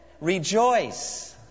rejoice